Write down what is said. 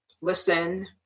listen